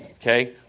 okay